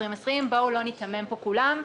בואו לא ניתמם פה כולם.